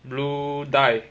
blue die